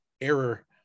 error